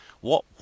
What